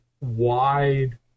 wide